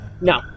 no